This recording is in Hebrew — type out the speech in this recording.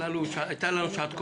הייתה לנו שעת כושר,